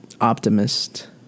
optimist